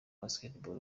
basketball